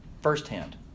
firsthand